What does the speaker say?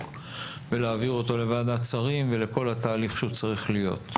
ולהעביר אותו לוועדת שרים ולעבור את כל התהליך שצריך להיות.